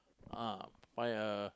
ah find a